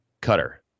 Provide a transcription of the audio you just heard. Cutter